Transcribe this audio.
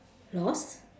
lost